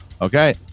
Okay